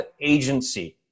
agency